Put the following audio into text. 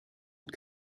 und